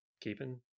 keeping